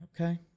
Okay